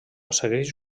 segueix